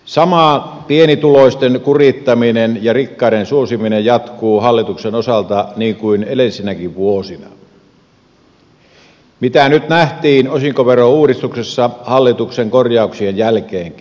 sama pienituloisten kurittaminen ja rikkaiden suosiminen jatkuu hallituksen osalta niin kuin edellisinäkin vuosina mitä nyt nähtiin osinkoverouudistuksessa hallituksen korjauksien jälkeenkin